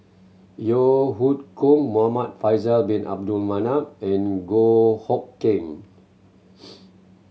Yeo Hoe Koon Muhamad Faisal Bin Abdul Manap and Goh Hood Keng